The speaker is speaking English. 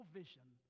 vision